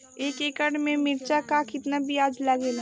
एक एकड़ में मिर्चा का कितना बीज लागेला?